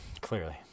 Clearly